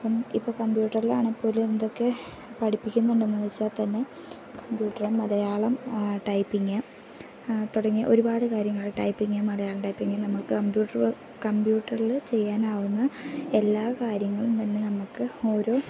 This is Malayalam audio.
അപ്പം ഇപ്പം കമ്പ്യൂട്ടറിലാണെങ്കിൽ പോലും എന്തൊക്കെ പഠിപ്പിക്കുന്നുണ്ടെന്ന് ചോദിച്ചാൽ തന്നെ കമ്പ്യൂട്ടറ് മലയാളം ടൈപ്പിംഗ് തുടങ്ങിയ ഒരുപാട് കാര്യങ്ങൾ ടൈപ്പിംഗ് മലയാളം ടൈപ്പിംഗ് നമുക്ക് കമ്പ്യൂട്ടർ കമ്പ്യൂട്ടറിൽ ചെയ്യാനാവുന്ന എല്ലാ കാര്യങ്ങളും തന്നെ നമുക്ക് ഓരോ